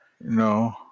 No